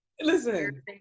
listen